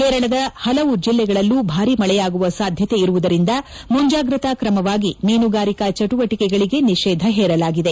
ಕೇರಳದ ಹಲವು ಜಿಲ್ಲೆಗಳಲ್ಲೂ ಭಾರಿ ಮಳೆಯಾಗುವ ಸಾಧ್ವತೆಯಿರುವುದರಿಂದ ಮುಂಜಾಗ್ರತ ಕ್ರಮವಾಗಿ ಮೀನುಗಾರಿಕಾ ಚಟುವಟಿಕೆಗಳಿಗೆ ನಿಷೇಧ ಹೇರಲಾಗಿದೆ